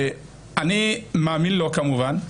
אני מאמין לו, כמובן,